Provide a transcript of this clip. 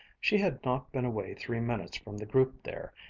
she had not been away three minutes from the group there,